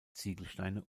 ziegelsteine